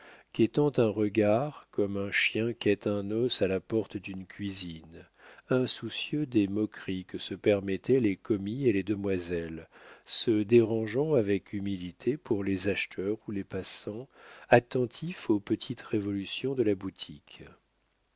quêtant un regard comme un chien quête un os à la porte d'une cuisine insoucieux des moqueries que se permettaient les commis et les demoiselles se dérangeant avec humilité pour les acheteurs ou les passants attentifs aux petites révolutions de la boutique